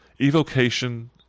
evocation